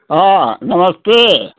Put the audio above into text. हाँ नमस्ते